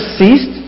ceased